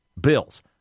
bills